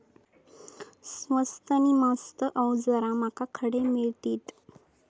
स्वस्त नी मस्त अवजारा माका खडे मिळतीत?